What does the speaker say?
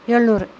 எழுநூறு